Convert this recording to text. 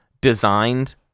designed